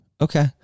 Okay